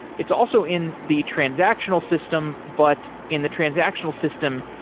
it's also in the transactional system, but in the transactional system,